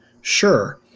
Sure